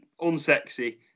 unsexy